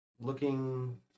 Looking